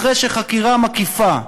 כשאחרי חקירה מקיפה,